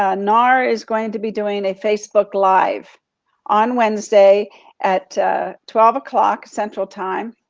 ah nars is gonna be doing a facebook live on wednesday at twelve o'clock central time,